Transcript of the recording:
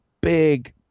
big